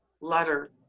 letter